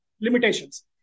limitations